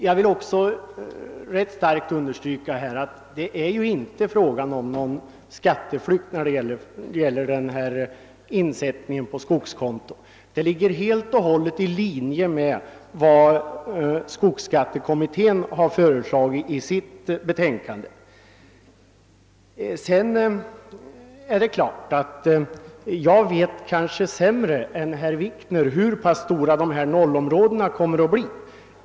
Jag vill starkt understryka att det när det gäller insättningen på skogskonto inte är fråga om någon skatteflykt. En sådan insättning ligger helt i linje med vad skogsskattekommittén föreslagit i sitt betänkande. Jag vet kanske sämre än herr Wikner hur stora nollområdena kommer att bli.